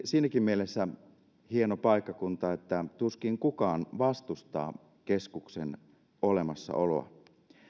siinäkin mielessä se on hieno paikkakunta että tuskin kukaan vastustaa keskuksen olemassaoloa